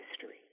history